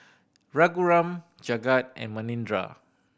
Raghuram Jagat and Manindra